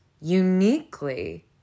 uniquely